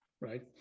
right